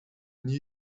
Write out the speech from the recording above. new